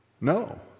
No